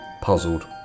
puzzled